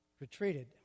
retreated